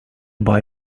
buy